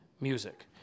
music